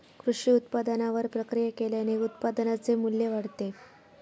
कृषी उत्पादनावर प्रक्रिया केल्याने उत्पादनाचे मू्ल्य वाढते